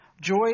Joy